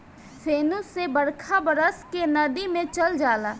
फेनू से बरखा बरस के नदी मे चल जाला